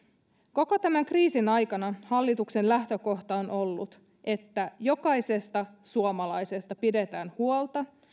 koko tämän kriisin aikana hallituksen lähtökohta on ollut että jokaisesta suomalaisesta pidetään huolta